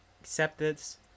acceptance